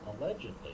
allegedly